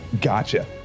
Gotcha